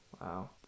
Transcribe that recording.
wow